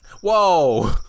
Whoa